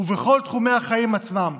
ובכל תחומי החיים עצמם.